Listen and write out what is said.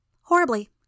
Horribly